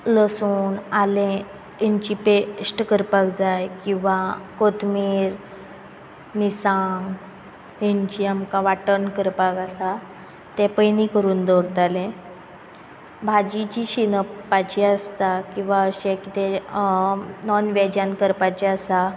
लसूण आलें हिंची पेश्ट करपाक जाय किंवा कोतंबीर मिरसांग हेंची आमकां वाठण करपाक आसा तें पयली करून दवरतलें भाजी जी शिंदपाची आसता किंवा अशें कितें नॉनव्हेजान करपाचें आसा